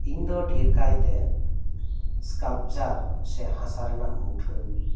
ᱤᱧ ᱫᱚ ᱰᱷᱮᱨ ᱠᱟᱭᱛᱮ ᱥᱠᱟᱞᱯᱪᱟᱨ ᱥᱮ ᱦᱟᱥᱟ ᱨᱮᱱᱟᱜ ᱢᱩᱴᱷᱟᱹᱱ